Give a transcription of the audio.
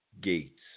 gates